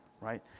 right